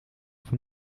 van